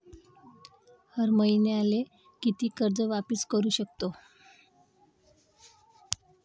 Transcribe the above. हर मईन्याले कितीक कर्ज वापिस करू सकतो?